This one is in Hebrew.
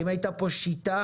האם הייתה פה שיטה